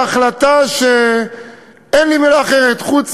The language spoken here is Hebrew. בהחלטה שאין לי בשבילה מילה אחרת חוץ